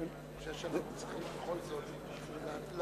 אני חושב שאנחנו צריכים בכל זאת להצביע,